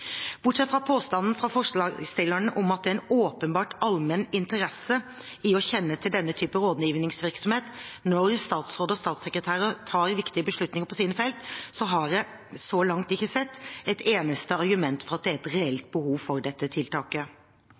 Bortsett fra påstanden om at det «har åpenbar allmenn interesse å kjenne til denne typen rådgivningsvirksomhet når statsråder/statssekretærer tar viktige beslutninger på sine felt», har jeg så langt ikke sett et eneste argument for at det er et reelt behov for dette tiltaket.